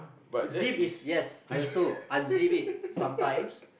zip is yes I also unzip it sometimes